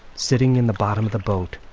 sitting in the bottom of the boat,